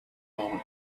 moment